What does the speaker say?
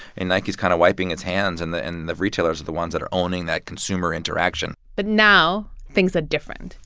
and nike is kind of wiping its hands, and the and the retailers are the ones that are owning that consumer interaction but now things are ah different.